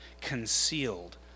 concealed